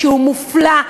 שהוא מופלא,